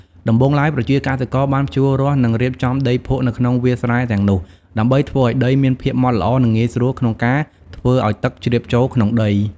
ដំបូងឡើយ ប្រជាកសិករបានភ្ជួររាស់និងរៀបចំដីភក់នៅក្នុងវាលស្រែទាំងនោះដើម្បីធ្វើឲ្យដីមានភាពម៉ដ្ឋល្អនិងងាយស្រួលក្នុងការធ្វើឲ្យទឹកជ្រាបចូលក្នុងដី។